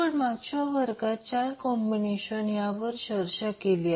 आपण मागच्या वर्गात 4 कॉम्बिनेशनवर चर्चा केली